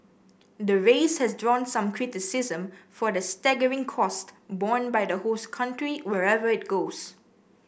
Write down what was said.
the race has drawn some criticism for the staggering cost borne by the host country wherever it goes